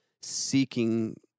seeking